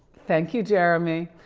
thank you, jeremy.